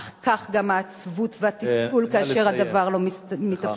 אך כך גם העצבות והתסכול כאשר הדבר לא מתאפשר,